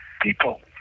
people